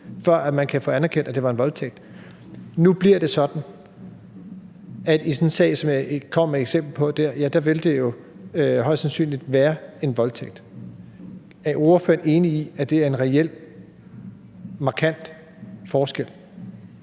før offeret kan få anerkendt, at det var en voldtægt. Nu bliver det sådan, at i sådan en sag, som jeg kom med et eksempel på, vil det jo højst sandsynligt blive betragtet som en voldtægt. Er ordføreren enig i, at det er en reel og markant forskel?